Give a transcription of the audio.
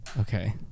Okay